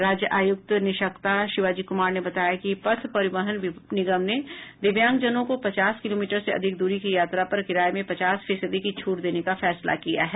राज्य आयुक्त निशक्ता शिवाजी कुमार ने बताया कि पथ परिवहन निगम ने दिव्यांगजनों को पचास किलोमीटर से अधिक दूरी की यात्रा पर किराये में पचास फीसदी की छूट देने का फैसला किया है